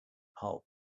pulp